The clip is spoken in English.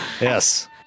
yes